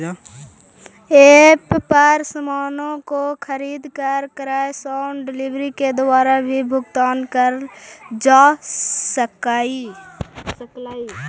app पर सामानों को खरीद कर कैश ऑन डिलीवरी के द्वारा भी भुगतान करल जा सकलई